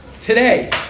today